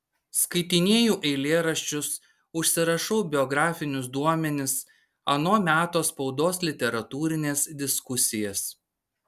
skaitinėju eilėraščius užsirašau biografinius duomenis ano meto spaudos literatūrines diskusijas